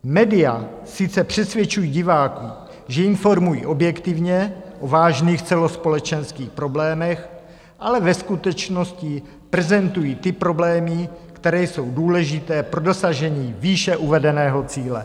Média sice přesvědčují diváky, že informují objektivně o vážných celospolečenských problémech, ale ve skutečnosti prezentují ty problémy, které jsou důležité pro dosažení výše uvedeného cíle.